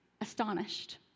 astonished